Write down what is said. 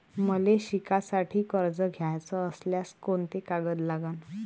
मले शिकासाठी कर्ज घ्याचं असल्यास कोंते कागद लागन?